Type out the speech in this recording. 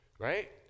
Right